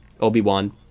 Obi-Wan